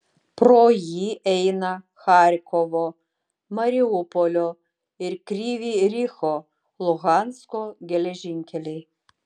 pro jį eina charkovo mariupolio ir kryvyj riho luhansko geležinkeliai